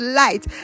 light